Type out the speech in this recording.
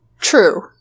True